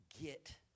get